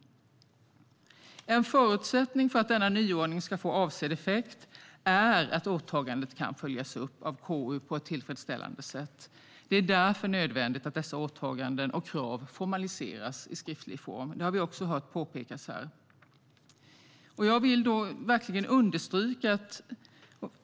En förutsättning för att denna nyordning ska få avsedd effekt är att åtagandet kan följas upp av KU på ett tillfredsställande sätt. Det är därför nödvändigt att dessa åtaganden och krav formaliseras i skriftlig form. Det har vi hört påpekas här, och det kan inte nog understrykas.